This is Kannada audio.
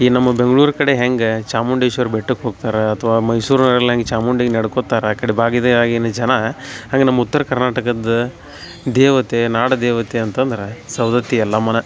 ಈ ನಮ್ಮ ಬೆಂಗ್ಳೂರ ಕಡೆ ಹೆಂಗೆ ಚಾಮುಂಡೇಶ್ವರಿ ಬೆಟ್ಟಕ್ಕೆ ಹೋಗ್ತಾರೆ ಅಥವಾ ಮೈಸೂರವ್ರು ಎಲ್ಲ ಹೆಂಗೆ ಚಾಮುಂಡಿಗೆ ನಡ್ಕೊತ್ತಾರೆ ಆ ಕಡೆ ಬಾಗಿದೆ ಆಗಿನ ಜನ ಹಂಗೇ ನಮ್ಮ ಉತ್ತರ ಕರ್ನಾಟಕದ ದೇವತೆ ನಾಡದೇವತೆ ಅಂತಂದ್ರೆ ಸವದತ್ತಿ ಎಲ್ಲಮ್ಮನೇ